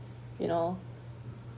you know